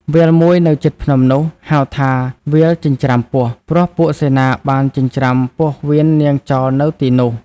វាលមួយនៅជិតភ្នំនោះ ហៅថា វាលចិញ្ច្រាំពោះ ព្រោះពួកសេនាបានចិញ្ច្រាំពោះវៀននាងចោលនៅទីនោះ។